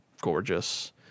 gorgeous